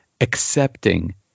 accepting